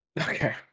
Okay